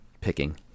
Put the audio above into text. picking